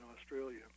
Australia